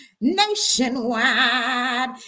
Nationwide